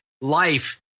life